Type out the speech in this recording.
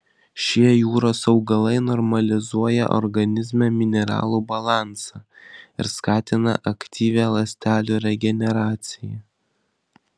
šie jūros augalai normalizuoja organizme mineralų balansą ir skatina aktyvią ląstelių regeneraciją